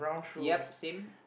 yea same